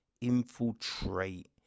infiltrate